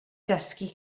dysgu